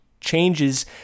changes